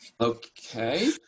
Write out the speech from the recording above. Okay